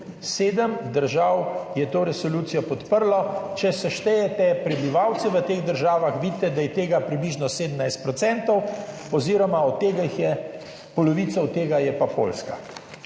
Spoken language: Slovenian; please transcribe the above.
Sedem držav je to resolucijo podprlo. Če seštejete prebivalce v teh državah, vidite, da je tega približno 17 % oziroma od tega jih je polovica, od tega je pa Poljska.